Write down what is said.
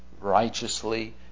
righteously